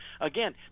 Again